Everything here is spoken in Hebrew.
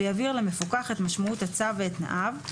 ויבהיר למפוקח את משמעות הצו ואת תנאיו,